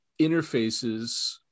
interfaces